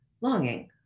longing